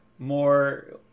More